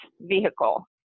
vehicle